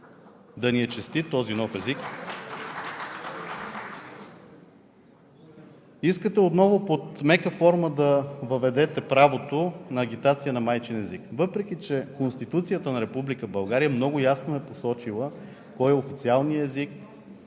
(Ръкопляскания от ОП.) Искате отново под мека форма да въведете правото на агитация на майчин език, въпреки че Конституцията на Република България много ясно е посочила кой е официалният език,